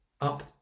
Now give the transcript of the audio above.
up